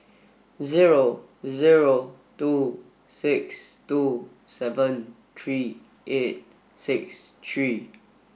zero zero two six two seven three eight six three